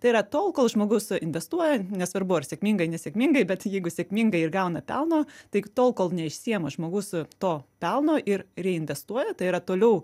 tai yra tol kol žmogus investuoja nesvarbu ar sėkmingai nesėkmingai bet jeigu sėkmingai ir gauna pelno tik tol kol neišsiima žmogus to pelno ir reinvestuoja tai yra toliau